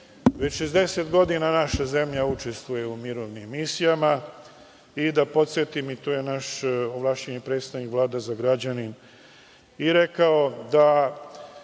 reč. Već 60 godina naša zemlja učestvuje u mirovnim misijama i da podsetim, to je naš ovlašćeni predstavnik Vlada Zagrađanin i rekao, da